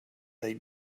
they